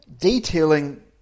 Detailing